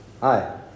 Hi